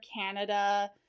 Canada